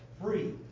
free